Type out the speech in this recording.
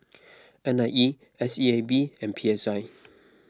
N I E S E A B and P S I